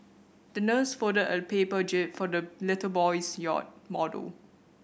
the nurse folded a paper jib for the little boy's yacht model